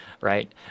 right